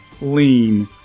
lean